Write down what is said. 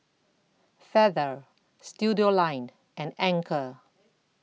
Feather Studioline and Anchor